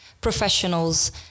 professionals